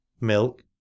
Milk